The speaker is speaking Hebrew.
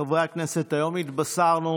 חברי הכנסת, היום התבשרנו